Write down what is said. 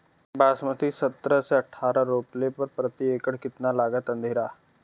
बासमती सत्रह से अठारह रोपले पर प्रति एकड़ कितना लागत अंधेरा?